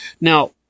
now